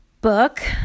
book